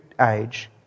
age